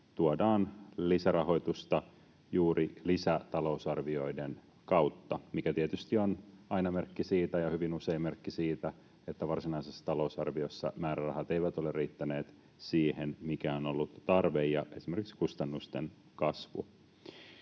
tuodaan lisärahoitusta juuri lisätalousarvioiden kautta, mikä tietysti on aina merkki siitä — ja hyvin usein merkki siitä — että varsinaisessa talousarviossa määrärahat eivät ole riittäneet siihen, mikä on ollut tarve ja esimerkiksi kustannusten kasvu.